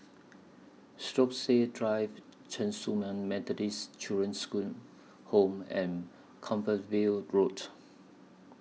Stokesay Drive Chen Su Lan Methodist Children's Home and Compassvale Road